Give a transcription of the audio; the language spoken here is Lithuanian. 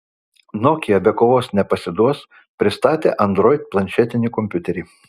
nokia be kovos nepasiduos pristatė android planšetinį kompiuterį